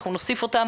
אנחנו נוסיף אותם